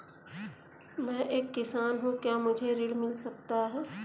मैं एक किसान हूँ क्या मुझे ऋण मिल सकता है?